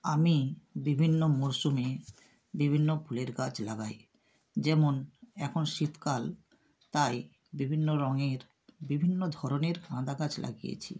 আমি বিভিন্ন মরশুমে বিভিন্ন ফুলের গাছ লাগাই যেমন এখন শীতকাল তাই বিভিন্ন রঙের বিভিন্ন ধরনের গাঁদা গাছ লাগিয়েছি